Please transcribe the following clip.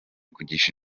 kugisha